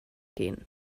gehen